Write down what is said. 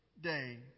day